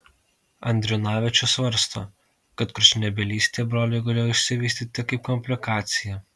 andriunavičius svarsto kad kurčnebylystė broliui galėjo išsivystyti kaip komplikacija